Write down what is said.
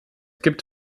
gibt